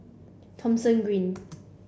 Thomson Green